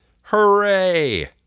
Hooray